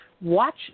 watch